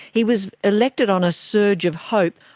he was elected on a surge of hope,